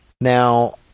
Now